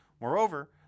Moreover